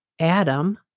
Adam